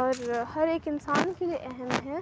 اور ہر ایک انسان کے لیے اہم ہے